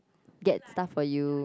get stuff for you